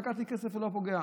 זה שלקחתי כסף זה לא פוגע,